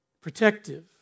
protective